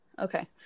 Okay